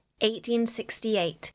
1868